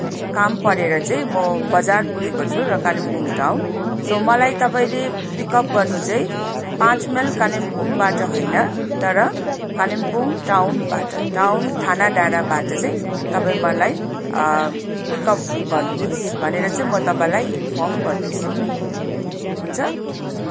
काम परेर चाहिँ म बजार पुगेको छु र कालिम्पोङ टाउन सो मलाई तपाईँले पिकअप गर्नु चाहिँ पाँच माइल कालिम्पोङबाट होइन तर कालिम्पोङ टाउनबाट टाउन थाना डाँडाबाट चाहिँ तपाईँ मलाई पिकअप गर्नुहोस् भनेर चाहिँ म तपाईँलाई इन्फर्म गर्दैछु हुन्छ